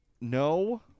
no